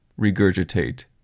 Regurgitate